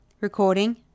Recording